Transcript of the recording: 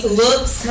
looks